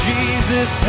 Jesus